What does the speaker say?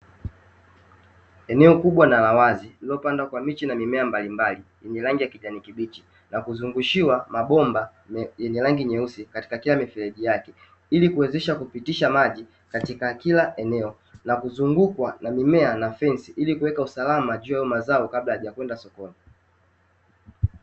Eneo kubwa na la wazi lililopandwa kwa miche na mimea mbalimbali yenye rangi ya kijani kibichi, na kuzungushiwa mabomba yenye rangi nyeusi katika kila mifereji yake ili kuwezesha kupitisha maji katika kila eneo. Na kuzungukwa na mimea na fensi ilikuweka usalama juu ya hayo mazao kabla hayajakwenda sokoni.